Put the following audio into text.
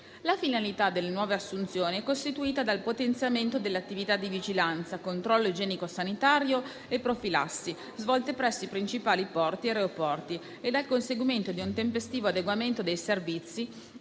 La finalità delle nuove assunzioni è costituita dal potenziamento dell'attività di vigilanza, controllo igienico-sanitario e profilassi, svolte presso i principali porti e aeroporti, ed al conseguimento di un tempestivo adeguamento dei servizi